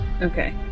Okay